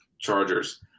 Chargers